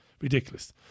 Ridiculous